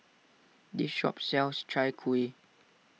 this shop sells Chai Kuih